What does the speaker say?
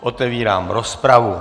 Otevírám rozpravu.